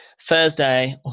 Thursday